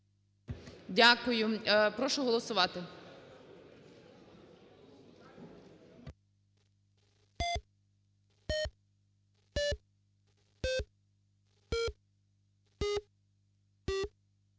Дякую. Прошу голосувати.